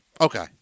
Okay